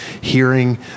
hearing